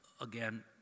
again